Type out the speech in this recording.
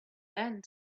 then